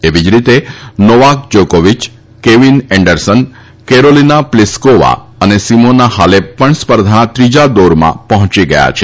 એવી જ રીતે Novak Djokovic Kevin Anderson Karolina Pliskova અને સીમોના હાલેપ પણ સ્પર્ધાના ત્રીજા દોરમાં પહોંચી ગયા છે